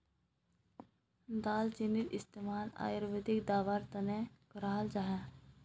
दालचीनीर इस्तेमाल आयुर्वेदिक दवार तने कराल जाहा